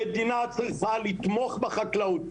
המדינה צריכה לתמוך בחקלאות,